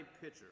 pitcher